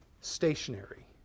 stationary